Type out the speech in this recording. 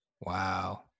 Wow